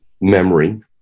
memory